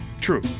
True